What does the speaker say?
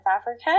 Africa